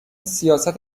سیاست